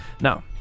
Now